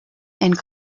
and